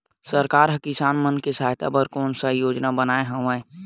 सरकार हा किसान मन के सहायता बर कोन सा योजना बनाए हवाये?